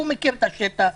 הוא מכיר את השטח,